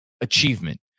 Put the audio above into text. achievement